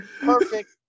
perfect